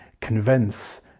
convince